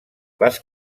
les